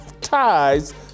ties